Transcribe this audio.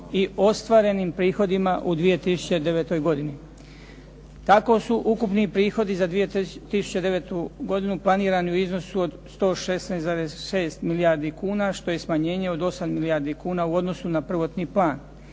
i ostvarenim prihoda u 2009. godini. Tako su ukupni prihodi za 2009. godinu planirani u iznosu od 116,6 milijardi kuna što je smanjenje od 8 milijardi kuna u odnosu na prvotni plan.